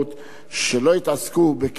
אלא שיעסקו רק בתחזוקת